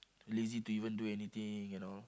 lazy to even do anything you know